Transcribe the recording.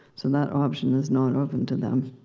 so that option is not open to them.